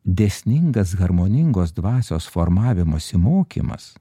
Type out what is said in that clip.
dėsningas harmoningos dvasios formavimosi mokymas